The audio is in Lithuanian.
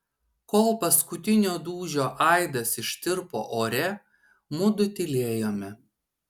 kol paskutinio dūžio aidas ištirpo ore mudu tylėjome